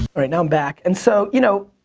alright, now i'm back, and so, you know,